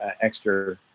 extra